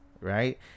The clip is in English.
right